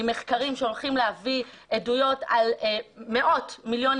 עם מחקרים שהולכים להביא עדויות על מאות מיליונים